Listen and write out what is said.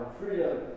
freedom